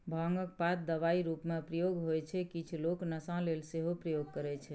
भांगक पात दबाइ रुपमे प्रयोग होइ छै किछ लोक नशा लेल सेहो प्रयोग करय छै